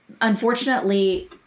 unfortunately